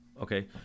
Okay